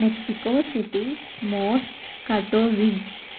Mexico City మోర్స్ Katowice